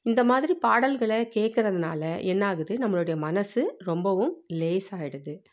இந்த மாதிரி பாடல்களை கேட்குறதுனால என்ன ஆகுது நம்மளுடைய மனசு ரொம்பவும் லேஸ் ஆகிடுது